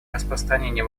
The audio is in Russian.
распространение